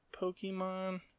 Pokemon